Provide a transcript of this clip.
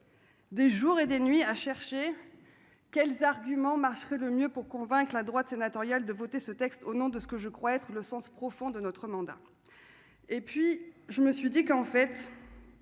des jours et des nuits à chercher quels arguments marche le mieux pour convaincre la droite sénatoriale de voter ce texte au nom de ce que je crois être le sens profond de notre mandat, et puis je me suis dit qu'en fait